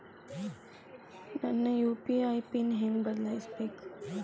ನನ್ನ UPI PIN ಹೆಂಗ್ ಬದ್ಲಾಯಿಸ್ಬೇಕು?